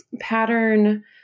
pattern